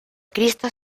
cristo